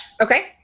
Okay